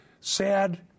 sad